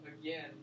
Again